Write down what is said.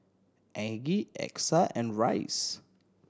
Aggie Exa and Rice